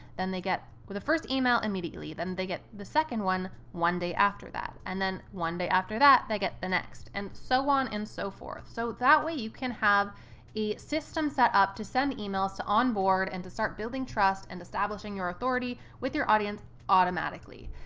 then they get the first email immediately, then they get the second one, one day after that. and then one day after that, they get the next, and so on and so forth. so that way you can have a system set up to send emails to onboard and to start building trust and establishing your authority with your audience automatically.